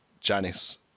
Janice